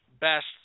best